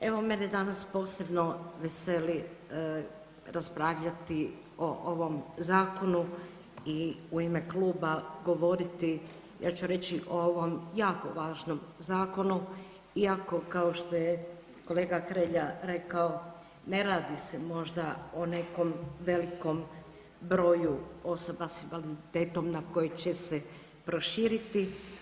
Evo mene danas posebno veseli raspravljati o ovom zakonu i u ime kluba govoriti, ja ću reći o ovom jako važnom zakonu iako kao što je kolega Hrelja rekao ne radi se možda o nekom velikom broju osoba sa invaliditetom na koji će se proširiti.